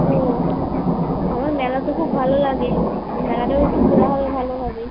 ও আমার মেলা তো খুব ভালো লাগে মেলাটাও একটু ঘোরা হবে ভালোভাবেই